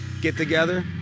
get-together